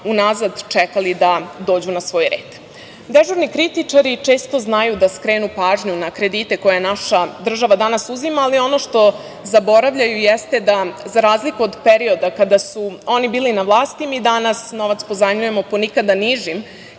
unazad čekali da dođu na svoj red.Dežurni kritičari često znaju da skrenu pažnju na kredite koje naša država danas uzima, ali ono što zaboravljaju jeste da za razliku od perioda kada su oni bili na vlasti, mi danas novac pozajmljujemo po nikada nižim